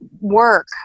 work